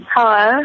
Hello